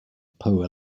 poe